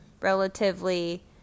relatively